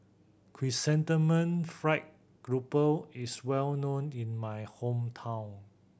Chrysanthemum Fried Grouper is well known in my hometown